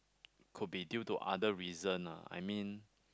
could be due to other reason ah I mean